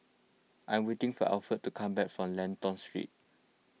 I am waiting for Alfred to come back from Lentor Street